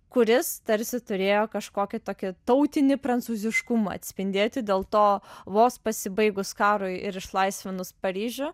kuris tarsi turėjo kažkokį tokį tautinį prancūziškumą atspindėti dėl to vos pasibaigus karui ir išlaisvinus paryžių